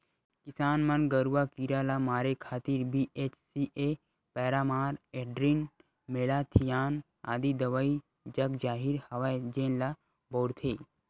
किसान मन गरूआ कीरा ल मारे खातिर बी.एच.सी.ए पैरामार, एल्ड्रीन, मेलाथियान आदि दवई जगजाहिर हवय जेन ल बउरथे